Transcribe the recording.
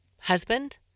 husband